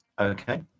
Okay